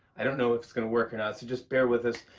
i don't know if it's going to work or not, so just bear with us.